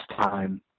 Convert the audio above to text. time